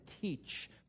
teach